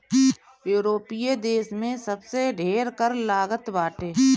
यूरोपीय देस में सबसे ढेर कर लागत बाटे